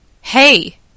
Hey